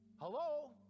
Hello